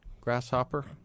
Grasshopper